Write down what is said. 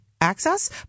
access